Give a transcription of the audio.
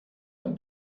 ein